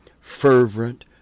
fervent